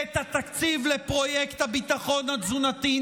את התקציב לפרויקט הביטחון התזונתי.